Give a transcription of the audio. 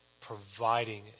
providing